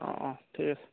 অঁ অঁ ঠিক আছে